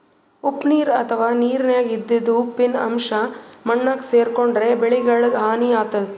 ಉಪ್ಪ್ ನೀರ್ ಅಥವಾ ನೀರಿನ್ಯಾಗ ಇದ್ದಿದ್ ಉಪ್ಪಿನ್ ಅಂಶಾ ಮಣ್ಣಾಗ್ ಸೇರ್ಕೊಂಡ್ರ್ ಬೆಳಿಗಳಿಗ್ ಹಾನಿ ಆತದ್